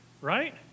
right